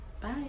bye